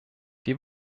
die